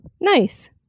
Nice